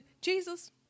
Jesus